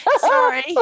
Sorry